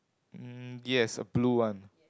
mm yes a blue one